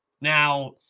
Now